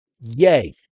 Yay